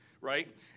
right